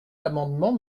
l’amendement